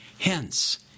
Hence